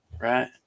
right